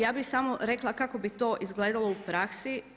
Ja bih samo rekla kako bi to izgledalo u praksi.